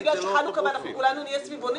רק בגלל שזה חנוכה ואנחנו כולנו נהיה סביבונים?